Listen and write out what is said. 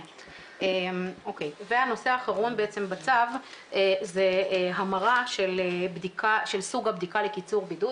הנושא האחרון בצו זה המרה של סוג הבדיקה לקיצור בידוד.